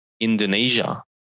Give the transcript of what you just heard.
Indonesia